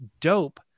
dope